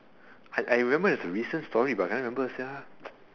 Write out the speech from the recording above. I I remember there's a recent story but I cannot remember sia